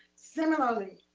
similarly,